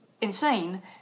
insane